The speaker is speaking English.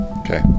okay